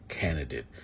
Candidate